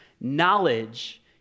Knowledge